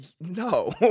No